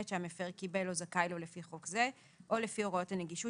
שהמפר קיבל או זכאי לו לפי חוק זה או לפי הוראות הנגישות